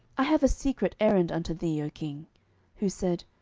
i have a secret errand unto thee, o king who said,